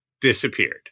disappeared